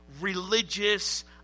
religious